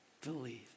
believe